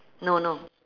no no